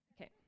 Okay